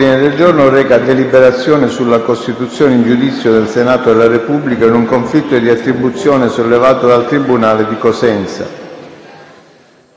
del giorno reca la costituzione in giudizio del Senato della Repubblica in un conflitto di attribuzione sollevato dal tribunale di Cosenza.